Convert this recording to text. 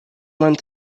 went